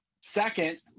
Second